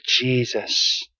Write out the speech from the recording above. Jesus